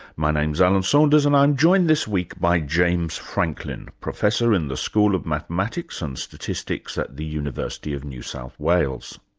my name's alan saunders and i'm joined this week by james franklin, professor in the school of mathematics and statistics at the university of new south wales.